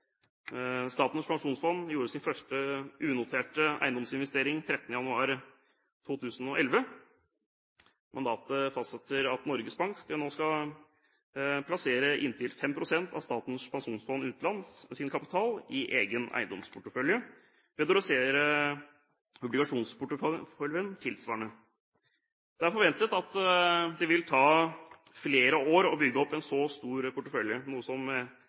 Statens pensjonsfond gjorde sin første unoterte eiendomsinvestering 13. januar 2011. Mandatet fastsetter at Norges Bank nå skal plassere inntil 5 pst. av Statens pensjonsfond utlands kapital i egen eiendomsportefølje ved å redusere obligasjonsporteføljen tilsvarende. Det er forventet at det vil ta flere år å bygge opp en så stor portefølje, noe som